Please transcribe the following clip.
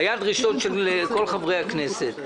היו דרישות של כל חברי הכנסת.